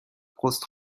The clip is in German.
brust